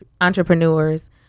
Entrepreneurs